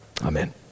Amen